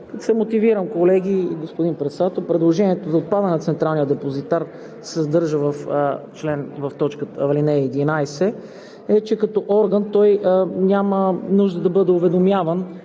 Да се мотивирам, колеги, господин Председател – предложението за отпадане Централният депозитар да се съдържа в ал. 11 е, че като орган той няма нужда да бъде уведомяван